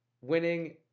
Winning